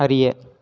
அறிய